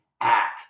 act